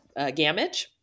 Gamage